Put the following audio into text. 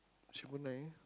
triple nine